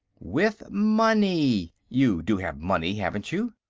with money. you do have money, haven't you?